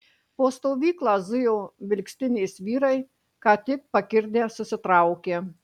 po stovyklą zujo vilkstinės vyrai ką tik pakirdę susitraukę